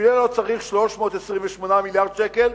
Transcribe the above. בשבילנו לא צריך 328 מיליארד שקל.